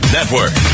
Network